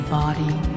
body